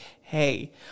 hey